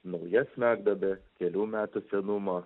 nauja smegduobė kelių metų senumo